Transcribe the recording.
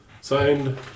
Signed